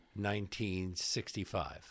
1965